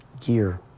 gear